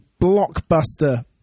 blockbuster